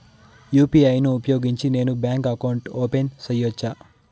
UPI ను ఉపయోగించి నేను బ్యాంకు అకౌంట్ ఓపెన్ సేయొచ్చా?